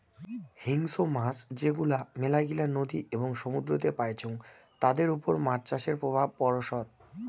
হিংস্র মাছ যেগুলো মেলাগিলা নদী এবং সমুদ্রেতে পাইচুঙ তাদের ওপর মাছ চাষের প্রভাব পড়সৎ